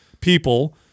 people